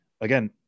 again